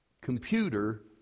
computer